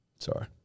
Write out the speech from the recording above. Sorry